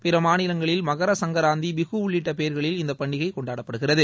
பிற மாநிலங்களில் மகரசுங்கராந்தி பிஹூ உள்ளிட்ட பெயர்களில இந்த பண்டிகை கொண்டாடப்படுகிறது